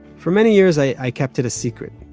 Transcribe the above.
for many years, i kept it a secret.